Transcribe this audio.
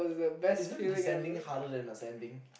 isn't descending harder than ascending